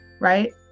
right